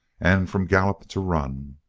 and from gallop to run.